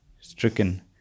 stricken